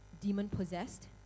demon-possessed